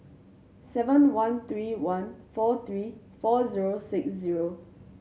seven one three one four three four zero six zero